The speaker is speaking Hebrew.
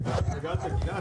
עד כדי כך התרגלת לייעוץ